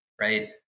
right